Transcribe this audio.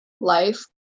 life